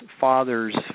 fathers